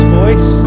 voice